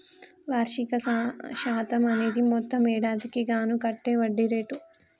వార్షిక శాతం అనేది మొత్తం ఏడాదికి గాను కట్టే వడ్డీ రేటు